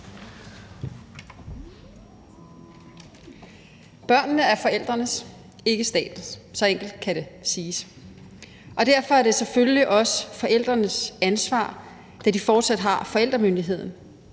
Børnene er forældrenes, ikke statens. Så enkelt kan det siges, og derfor er det selvfølgelig også forældrenes ansvar – da de fortsat har forældremyndigheden